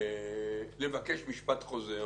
לבקש משפט חוזר,